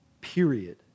period